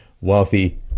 wealthy